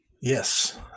yes